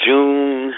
June